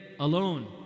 alone